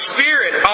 Spirit